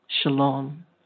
Shalom